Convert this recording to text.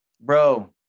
Bro